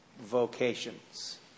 vocations